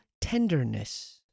tenderness